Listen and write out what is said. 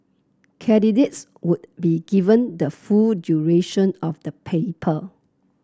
candidates would be given the full duration of the paper